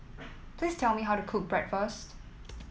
please tell me how to cook Bratwurst